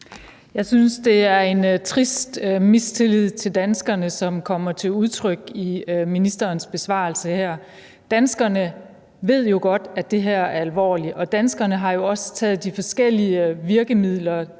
Jeg synes, det er en trist mistillid til danskerne, som kommer til udtryk i ministerens besvarelse her. Danskerne ved jo godt, at det her er alvorligt, og danskerne har jo også taget de forskellige virkemidler